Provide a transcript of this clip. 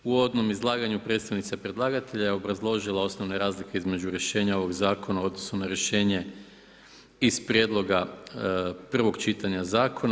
U uvodnom izlaganju predstavnica predlagatelja obrazložila je osnovne razlike između rješenja ovoga Zakona u odnosu na rješenje iz prijedloga prvog čitanja zakona.